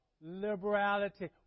Liberality